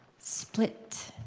split